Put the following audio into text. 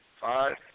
Five